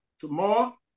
tomorrow